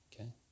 Okay